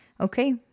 Okay